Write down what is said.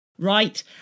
Right